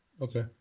Okay